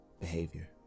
behavior